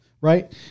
Right